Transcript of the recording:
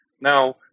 Now